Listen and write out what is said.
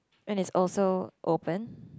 and it's also open